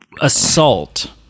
assault